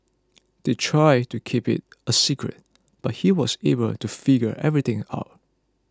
they tried to keep it a secret but he was able to figure everything out